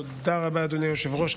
תודה רבה, אדוני היושב-ראש.